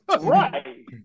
Right